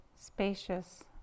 spacious